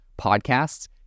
podcasts